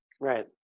Right